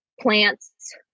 plants